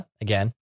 Again